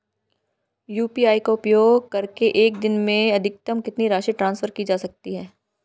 UPI का उपयोग करके एक दिन में अधिकतम कितनी राशि ट्रांसफर की जा सकती है?